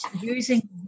using